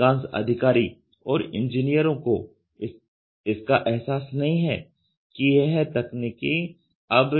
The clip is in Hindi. अधिकांश अधिकारी और इंजीनियरों को इसका एहसास नहीं है कि यह तकनीकी अब